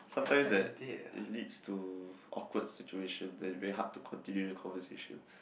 sometimes like it leads to awkward situation that is very hard to continue the conversations